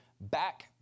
back